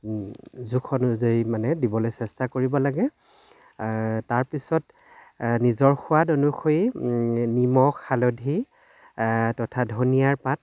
জোখ অনুযায়ী মানে দিবলৈ চেষ্টা কৰিব লাগে তাৰ পিছত নিজৰ সোৱাদ অনুসৰি নিমখ হালধি তথা ধনিয়াৰ পাত